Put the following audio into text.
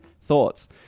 thoughts